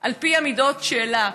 על פי המידות שלה,